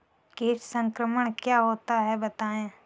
कीट संक्रमण क्या होता है बताएँ?